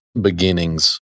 beginnings